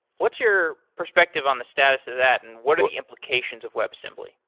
what's your perspective on the status of that and what are the implications of web simply?